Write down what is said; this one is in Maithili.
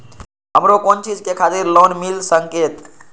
हमरो कोन चीज के खातिर लोन मिल संकेत?